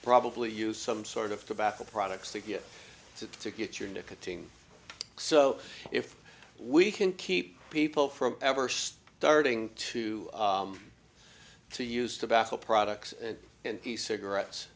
probably use some sort of tobacco products to get to to get your nicotine so if we can keep people from ever starting to to use tobacco products and and cigarettes